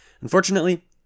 Unfortunately